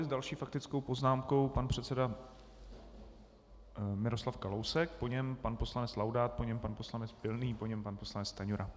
S další faktickou poznámkou pan předseda Miroslav Kalousek, po něm pan poslanec Laudát, po něm pan poslanec Pilný, po něm pan poslanec Stanjura.